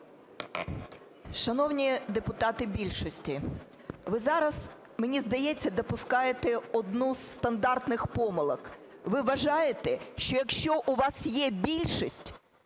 Шановні депутати більшості, ви зараз, мені здається, допускаєте одну зі стандартних помилок, ви вважаєте, що якщо у вас є більшість,